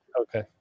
Okay